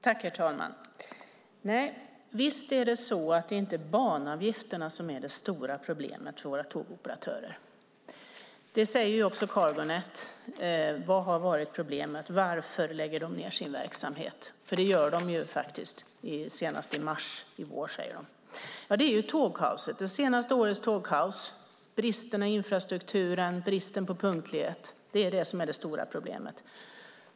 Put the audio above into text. Herr talman! Visst är det så att det inte är banavgifterna som är det stora problemet för våra tågoperatörer. Det säger också Cargo Net. Vad har varit problemet? Varför lägger det ned sin verksamhet? Det säger det att det gör senast i mars i vår. Det beror på de senaste årens tågkaos, bristerna i infrastrukturen och bristen på punktlighet. Det är det stora, första problemet.